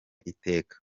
iteka